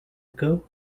ago